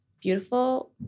beautiful